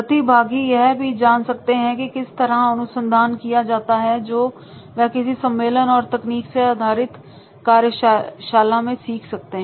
प्रतिभागी यह भी जान सकते हैं कि किस तरह अनुसंधान किया जाता है जो कि वह किसी सम्मेलन या तकनीक से आधारित कार्यशाला में सीख सकते हैं